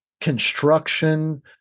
construction